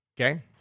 Okay